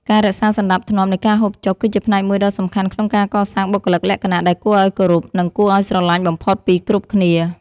ការរក្សាសណ្តាប់ធ្នាប់នៃការហូបចុកគឺជាផ្នែកមួយដ៏សំខាន់ក្នុងការកសាងបុគ្គលិកលក្ខណៈដែលគួរឱ្យគោរព និង គួរឱ្យស្រឡាញ់បំផុតពីគ្រប់គ្នា។